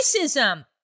racism